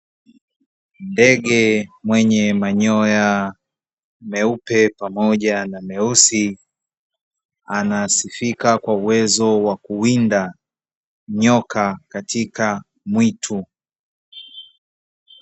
Ndege mwenye manyoya meupe pamoja na meusi, anasifika kwa uwezo wa kuwinda nyoka katika mwitu.